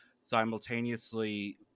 simultaneously